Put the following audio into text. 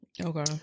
Okay